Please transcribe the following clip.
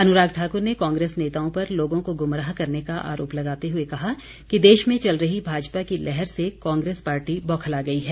अनुराग ठाकुर ने कांग्रेस नेताओं पर लोगों को गुमराह करने का आरोप लगाते हुए कहा कि देश में चल रही भाजपा की लहर से कांग्रेस पार्टी बौखला गई है